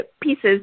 pieces